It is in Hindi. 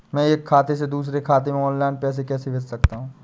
मैं एक खाते से दूसरे खाते में ऑनलाइन पैसे कैसे भेज सकता हूँ?